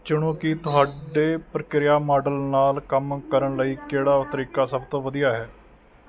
ਚੁਣੋ ਕਿ ਤੁਹਾਡੇ ਪ੍ਰਕਿਰਿਆ ਮਾਡਲ ਨਾਲ ਕੰਮ ਕਰਨ ਲਈ ਕਿਹੜਾ ਤਰੀਕਾ ਸਭ ਤੋਂ ਵਧੀਆ ਹੈ